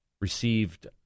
received